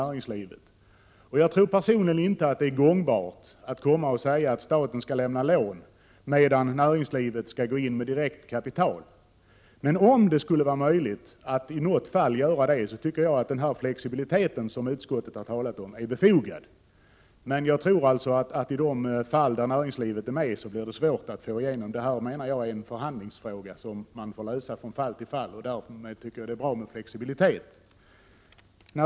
Personligen tror jag inte att det är möjligt att komma och säga att staten skall lämna lån, medan näringslivet går in direkt med kapital. Om det i något fall skulle vara möjligt att göra detta, tycker jag att den flexibilitet som utskottet skrivit om är befogad. Men jag tror alltså att det blir svårt att få igenom någonting i de fall näringslivet är med. Jag anser att det här rör sig om en förhandlingsfråga som får lösas från fall till fall. Därför tycker jag att det är bra med flexibilitet.